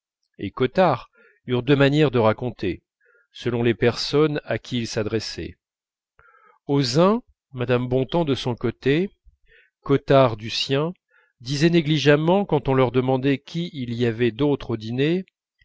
et cottard eurent deux manières de raconter selon les personnes à qui ils s'adressaient aux uns mme bontemps de son côté cottard du sien disaient négligemment quand on leur demandait qui il y avait d'autre au dîner